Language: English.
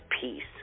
peace